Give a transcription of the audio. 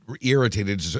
irritated